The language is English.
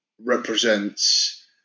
represents